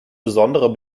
besonderer